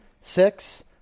six